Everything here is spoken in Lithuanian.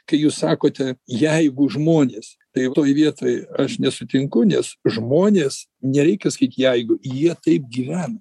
kai jūs sakote jeigu žmonės tai toj vietoj aš nesutinku nes žmonės nereikia sakyt jeigu jie taip gyvena